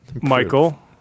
Michael